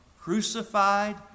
crucified